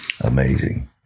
Amazing